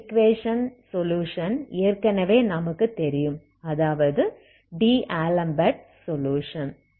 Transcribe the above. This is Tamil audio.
வேவ் ஈக்வேஷன் சொலுயுஷன் ஏற்கனவே நமக்கு தெரியும் அதாவது டி ஆலம்பெர்ட் சொலுயுஷன்